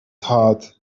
heart